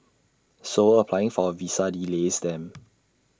so applying for A visa delays them